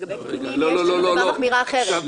נראה שיש כאן נסיבה מחמירה אחרת.